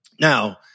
Now